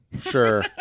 Sure